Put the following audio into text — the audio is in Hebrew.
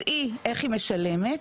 אז איך היא משלמת?